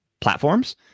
platforms